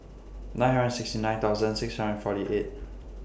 nine hundred sixty nine thousand six hundred forty eight